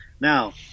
now